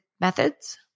methods